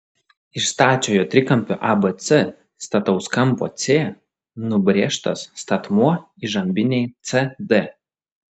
iš stačiojo trikampio abc stataus kampo c nubrėžtas statmuo įžambinei cd